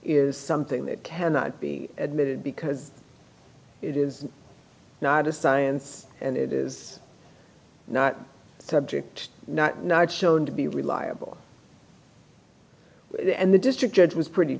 is something that cannot be admitted because it is not a science and it is not subject not not shown to be reliable and the district judge was pretty